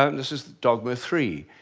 um this is dogma three.